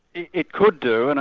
it it could do, and